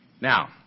Now